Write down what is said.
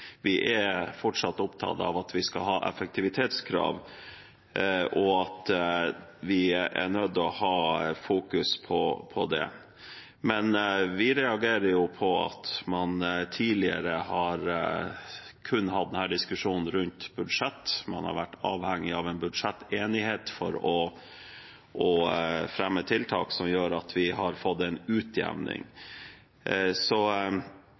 Vi er fortsatt opptatt av at vi skal ha effektivitetskrav, og at vi er nødt til å fokusere på det. Men vi reagerer på at man tidligere kun har hatt denne diskusjonen rundt budsjett, man har vært avhengig av en budsjettenighet for å fremme tiltak som gjør at vi har fått en utjevning. Jeg er glad for at vi nå står samlet. Det er ikke lenge siden vi så